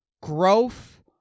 growth